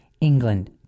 England